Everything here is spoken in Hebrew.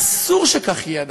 אסור שכך יהיה הדבר.